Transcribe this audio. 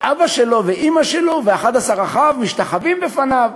אבא שלו ואימא שלו ו-11 אחיו משתחווים בפניו.